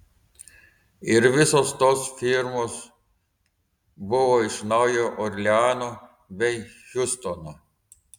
ir visos tos firmos buvo iš naujojo orleano bei hjustono